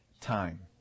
time